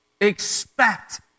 Expect